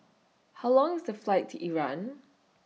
How Long IS The Flight to Iran